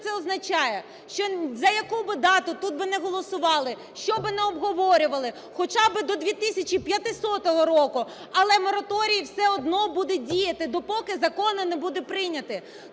Що це означає? Що за яку би дату тут би не голосували, що би не обговорювали, хоча би до 2500 року, але мораторій все одно буде діяти, допоки закон не буде прийнятий.